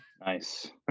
Nice